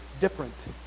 different